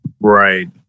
Right